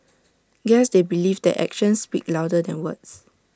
guess they believe that actions speak louder than words